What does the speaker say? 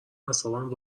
اعصاب